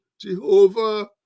Jehovah